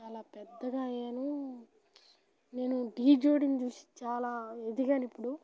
చాలా పెద్దగా అయ్యాను నేను ఢీ జోడీని చూసి చాలా ఎదిగాను ఇప్పుడు